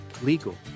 legal